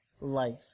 life